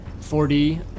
4D